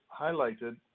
highlighted